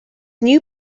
new